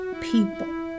people